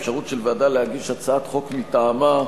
האפשרות של ועדה להגיש הצעת חוק מטעמה,